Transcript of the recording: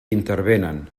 intervenen